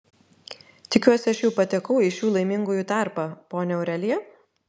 tikiuosi aš jau patekau į šių laimingųjų tarpą ponia aurelija